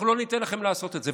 אנחנו לא ניתן לכם לעשות את זה.